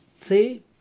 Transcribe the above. See